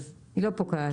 היא לא פוקעת.